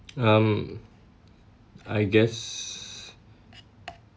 um I guess